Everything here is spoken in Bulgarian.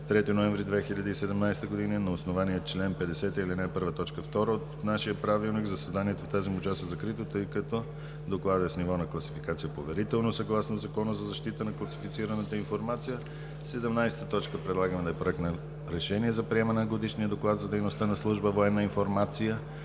3 ноември 2017 г. На основание чл. 50, ал. 1, т. 2 от нашия Правилник заседанието в тази му част е закрито, тъй като Докладът е с ниво на класификация „поверително“, съгласно Закона за защита на класифицираната информация. 17. Проект на решение за приемане на Годишния доклад за дейността на служба „Военна информация“